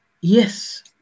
yes